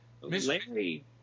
Larry